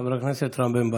חבר הכנסת רם בן ברק.